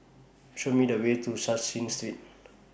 Show Me The Way to Cashin Street